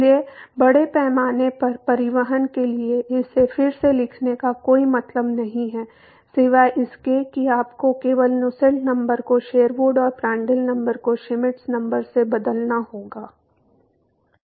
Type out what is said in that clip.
इसलिए बड़े पैमाने पर परिवहन के लिए इसे फिर से लिखने का कोई मतलब नहीं है सिवाय इसके कि आपको केवल नुसेल्ट नंबर को शेरवुड और प्रांड्ल नंबर को श्मिट नंबर से बदलना होगा